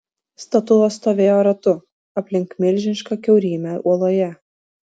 statulos stovėjo ratu aplink milžinišką kiaurymę uoloje